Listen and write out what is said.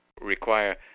require